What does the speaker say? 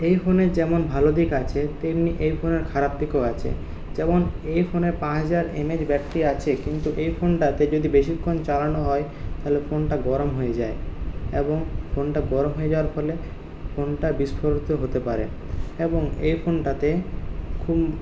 এই ফোনের যেমন ভালো দিক আছে তেমনি এই ফোনের খারাপ দিকও আছে যেমন এই ফোনে পাঁচ হাজার এমের ব্যাটারি আছে কিন্তু এই ফোন যদি বেশীক্ষণ চালানো হয় তাহলে ফোনটা গরম হয়ে যায় এবং ফোনটা গরম হয়ে যাওয়ার ফলে ফোনটা বিস্ফোরিত হতে পারে এবং এই ফোনটাতে খুব